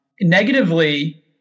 negatively